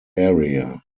area